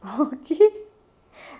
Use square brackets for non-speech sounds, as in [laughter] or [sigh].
okay [laughs]